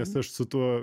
nes aš su tuo